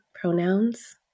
pronouns